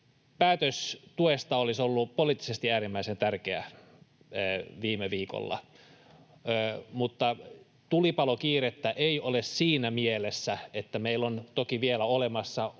päätös tuesta olisi ollut poliittisesti äärimmäisen tärkeä viime viikolla, mutta tulipalokiirettä ei ole siinä mielessä, että meillä on toki vielä olemassa